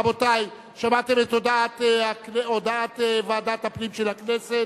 רבותי, שמעתם את הודעת ועדת הפנים של הכנסת.